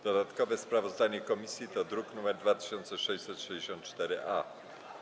Dodatkowe sprawozdanie komisji to druk nr 2664-A.